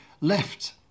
left